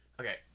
Okay